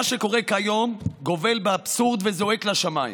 מה שקורה כיום גובל באבסורד וזועק לשמיים.